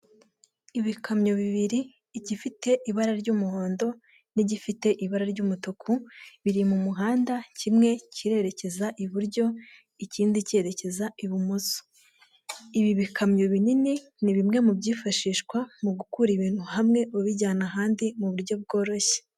Ibikamyo bibiri; igifite ibara ry'umuhondo n'igifite ibara ry'umutuku, biri mu muhanda, kimwe kirerekeza iburyo, ikindi cyerekeza ibumoso, ibi bikamyo binini ni bimwe mu byifashishwa mu gukura ibintu hamwe ubijyana ahandi mu buryo bworoshye.